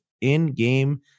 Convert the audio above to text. in-game